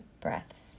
breaths